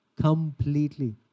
Completely